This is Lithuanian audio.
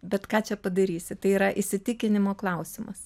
bet ką čia padarysi tai yra įsitikinimo klausimas